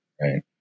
right